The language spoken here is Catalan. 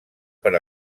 per